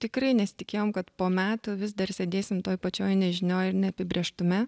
tikrai nesitikėjom kad po metų vis dar sėdėsim toj pačioj nežinioj ir neapibrėžtume